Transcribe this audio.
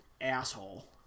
asshole